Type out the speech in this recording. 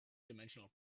dimensional